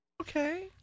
Okay